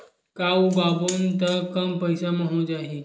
का उगाबोन त कम पईसा म हो जाही?